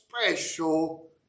special